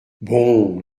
bon